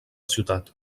ciutat